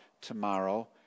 tomorrow